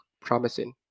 promising